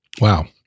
Wow